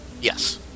Yes